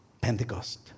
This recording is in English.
Pentecost